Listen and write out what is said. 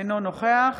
אינו נוכח